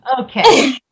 Okay